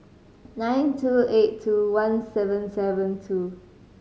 nine two eight two one seven seven two